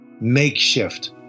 Makeshift